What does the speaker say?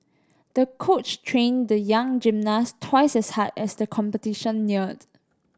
the coach trained the young gymnast twice as hard as the competition neared